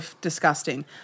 disgusting